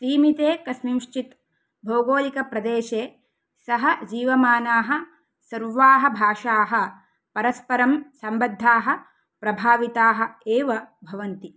सीमिते कस्मिंश्चिद् भौगोलिकप्रदेशे सहजीवमानाः सर्वाः भाषाः परस्परम् सम्बद्धाः प्रभाविताः एव भवन्ति